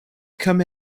come